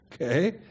Okay